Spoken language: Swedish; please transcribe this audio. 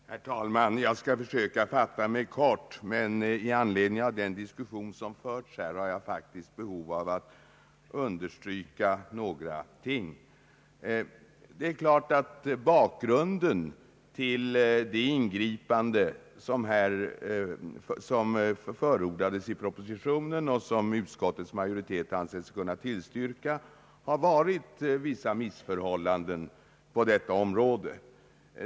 Herr talman! Jag skall försöka fatta mig kort, men i anledning av den diskussion som förts här har jag faktiskt behov att understryka några ting. Det är givet att bakgrunden till de ingripanden som förordades i propositionen och som utskottets majoritet ansett sig kunna tillstyrka har varit vissa missförhållanden på detta område.